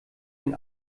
den